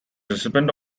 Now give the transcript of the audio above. recipient